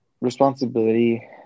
responsibility